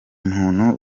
muntu